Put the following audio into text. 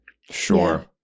sure